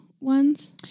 ones